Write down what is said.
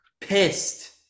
Pissed